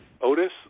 Otis